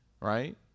right